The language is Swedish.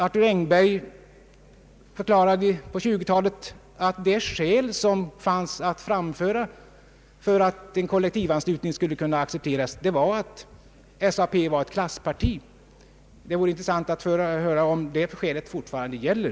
Arthur Engberg förklarade på 1920-talet att det skäl som fanns att framföra för att en kollektivanslutning skulle kunna accepteras var att SAP var ett klassparti. Det vore intressant att höra om det skälet fortfarande gäller.